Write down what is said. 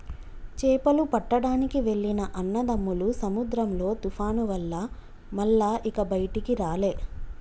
చేపలు పట్టడానికి వెళ్లిన అన్నదమ్ములు సముద్రంలో తుఫాను వల్ల మల్ల ఇక బయటికి రాలే